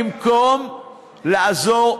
במקום לעזור,